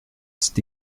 c’est